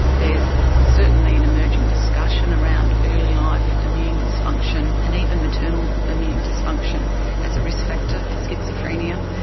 there is certainly an emerging discussion around early-life immune dysfunction and even maternal immune dysfunction as a risk factor for schizophrenia.